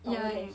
ya